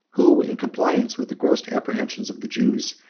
who, in compliance with the gross apprehensions of the jews,